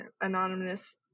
Anonymous